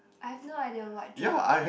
I have no idea what joy